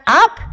up